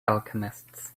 alchemists